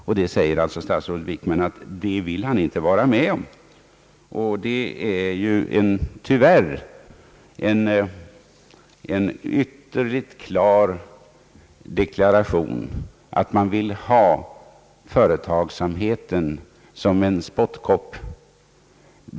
Och statsrådet Wickman säger alltså att han inte vill vara med om det. Tyvärr innebär detta en ytterligt klar deklaration om att man vill ha företagsamheten som en spottkopp.